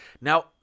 Now